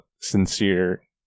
sincere